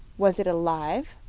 was it alive?